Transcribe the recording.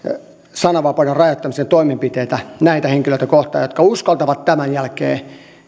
sananvapauden rajoittamisen toimenpiteitä näitä henkilöitä kohtaan jotka uskaltavat tämän jälkeen